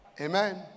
Amen